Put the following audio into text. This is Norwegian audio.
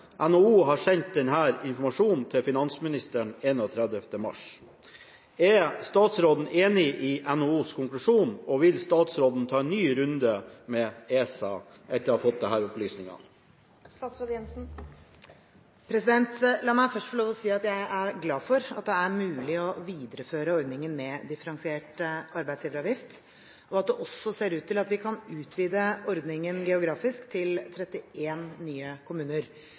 NHO har sendt denne informasjonen til finansministeren 31. mars. Er statsråden enig i NHOs konklusjon, og vil statsråden ta en ny runde med ESA?» La meg først få lov å si at jeg er glad for at det er mulig å videreføre ordningen med differensiert arbeidsgiveravgift, og at det også ser ut til at vi kan utvide ordningen geografisk til 31 nye kommuner.